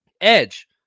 Edge